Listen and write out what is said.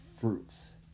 fruits